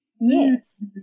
Yes